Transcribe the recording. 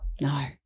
No